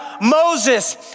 Moses